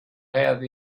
have